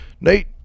Nate